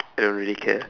I don't really care